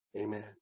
Amen